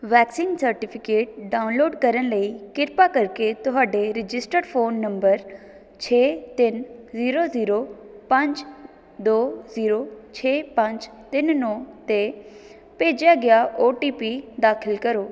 vaccine certificate download ਕਰਨ ਲਈ ਕਿਰਪਾ ਕਰਕੇ ਤੁਹਾਡੇ ਰਜਿਸਟਰਡ ਫ਼ੋਨ ਨੰਬਰ ਛੇ ਤਿੰਨ ਜ਼ੀਰੋ ਜ਼ੀਰੋ ਪੰਜ ਦੋ ਜ਼ੀਰੋ ਛੇ ਪੰਜ ਤਿੰਨ ਨੌ 'ਤੇ ਭੇਜਿਆ ਗਿਆ ਓ ਟੀ ਪੀ ਦਾਖਲ ਕਰੋ